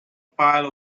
pile